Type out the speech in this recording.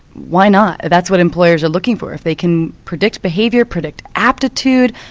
why not? that's what employers are looking for. if they can predict behaviour, predict aptitude,